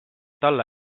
talle